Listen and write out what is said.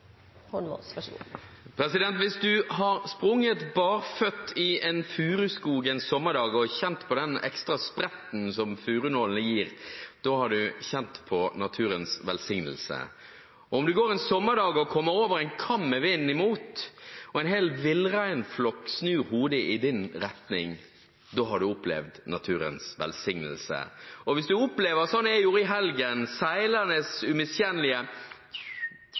Hvis du har sprunget barføtt i en furuskog en sommerdag og kjent på den ekstra spretten som furunålene gir, da har du kjent på naturens velsignelse. Om du går en sommerdag og kommer over en kam med vinden imot, og en hel villreinflokk snur hodene i din retning, da har du opplevd naturens velsignelse. Og hvis du opplever, sånn jeg gjorde i helgen, seilernes umiskjennelige